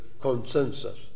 consensus